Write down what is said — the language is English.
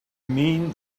mean